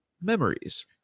memories